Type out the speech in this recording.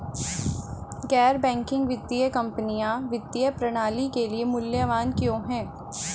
गैर बैंकिंग वित्तीय कंपनियाँ वित्तीय प्रणाली के लिए मूल्यवान क्यों हैं?